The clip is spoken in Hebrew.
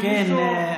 כן,